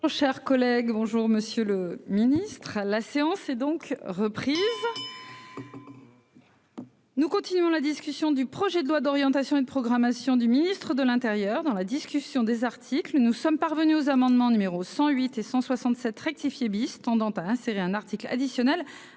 Cher collègue, bonjour monsieur le Ministre, la séance est donc repris. Nous continuons la discussion du projet de loi d'orientation et de programmation du Ministre de l'Intérieur dans la discussion des articles, nous sommes parvenus aux amendements numéro 108 et 167 rectifié bis tendant à insérer un article additionnel